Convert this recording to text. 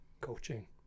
coaching